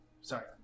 sorry